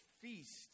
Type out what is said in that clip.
feast